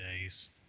days